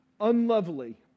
Unlovely